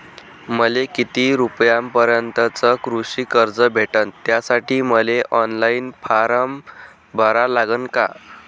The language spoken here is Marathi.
मले किती रूपयापर्यंतचं कृषी कर्ज भेटन, त्यासाठी मले ऑनलाईन फारम भरा लागन का?